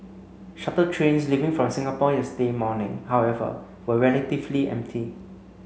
shuttle trains leaving from Singapore yesterday morning however were relatively empty